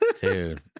Dude